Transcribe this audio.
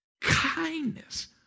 Kindness